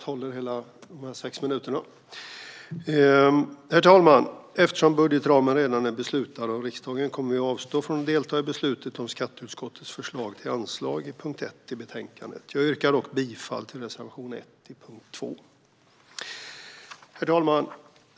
Herr talman! Eftersom budgetramen redan är beslutad av riksdagen kommer vi att avstå från att delta i beslutet om skatteutskottets förslag till anslag under punkt 1 i betänkandet. Jag yrkar dock bifall till reservation 1 under punkt 2. Herr talman!